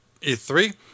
E3